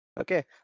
Okay